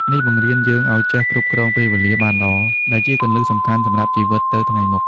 នេះបង្រៀនយើងឲ្យចេះគ្រប់គ្រងពេលវេលាបានល្អ ដែលជាគន្លឹះសំខាន់សម្រាប់ជីវិតទៅថ្ងៃមុខ។